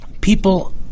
people